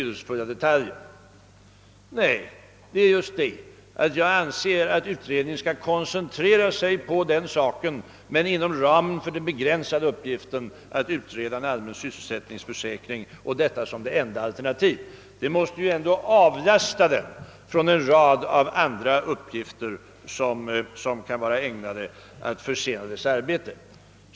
Detta är riktigt, herr inrikesminister, men det beror just på att jag anser att utredningen skall koncentrera sig på den saken inom ramen för den begränsade uppgiften att utreda en allmän sysselsättningsförsäkring, och detta som enda alternativ. En sådan uppläggning av arbetet måste ju avlasta utredningen en rad uppgifter som kan vara ägnade att försena dess arbete.